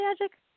magic